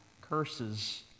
curses